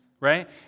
right